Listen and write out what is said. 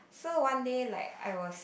so one day like I was